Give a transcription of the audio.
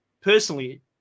personally